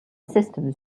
systems